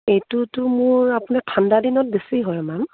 এইটোতো মোৰ আপোনাৰ ঠাণ্ডা দিনত বেছি হয় মেম